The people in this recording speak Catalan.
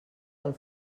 del